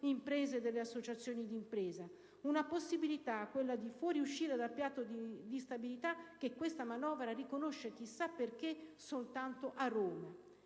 ed associazioni di impresa; una possibilità - quella di fuoriuscire dal Patto di stabilità - che questa manovra riconosce - chissà perché - solo a Roma.